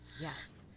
Yes